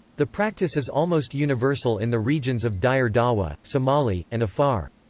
the practice is almost universal in the regions of dire dawa, somali, and afar.